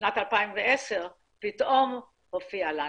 בשנת 2010 הופיע לנו.